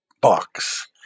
Box